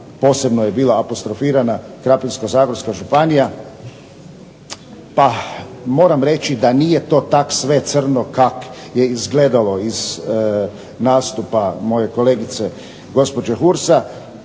posebno je bila apostrofirana Krapinsko-zagorska županija. Pa moram reći da nije to tak sve crno kak je izgledalo iz nastupa moje kolegice gospođe Hursa